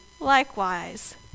likewise